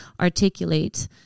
articulate